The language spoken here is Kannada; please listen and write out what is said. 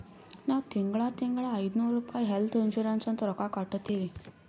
ನಾವ್ ತಿಂಗಳಾ ತಿಂಗಳಾ ಐಯ್ದನೂರ್ ರುಪಾಯಿ ಹೆಲ್ತ್ ಇನ್ಸೂರೆನ್ಸ್ ಅಂತ್ ರೊಕ್ಕಾ ಕಟ್ಟತ್ತಿವಿ